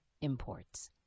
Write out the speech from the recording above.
Imports